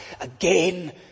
again